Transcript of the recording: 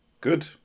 Good